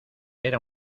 era